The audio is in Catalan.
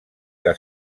que